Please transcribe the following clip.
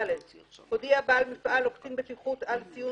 (ד) הודיע בעל מפעל או קצין בטיחות על סיום